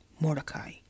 Mordecai